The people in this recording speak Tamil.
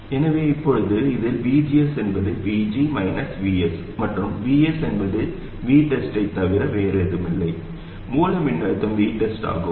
எனவே இப்போது இதில் VGS என்பது VG VS மற்றும் VS என்பது VTESTயைத் தவிர வேறில்லை மூல மின்னழுத்தம் VTEST ஆகும்